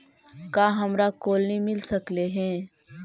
का हमरा कोलनी मिल सकले हे?